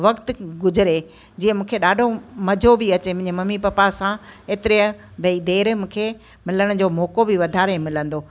गुज़िरे जीअं मूंखे ॾाढो मज़ो बि अचे मुंहिंजे मम्मी पप्पा सां एतिरे भई देरि मूंखे मिलण जो मौक़ो बि वधारे मिलंदो